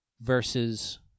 versus